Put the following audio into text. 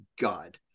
God